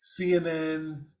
CNN